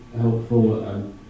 helpful